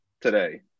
today